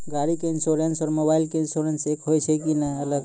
गाड़ी के इंश्योरेंस और मोबाइल के इंश्योरेंस एक होय छै कि अलग?